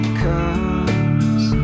comes